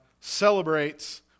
celebrates